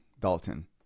Dalton